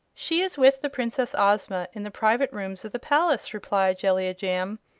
she is with the princess ozma, in the private rooms of the palace, replied jellia jamb.